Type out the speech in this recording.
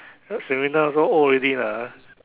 uh Serena also old already lah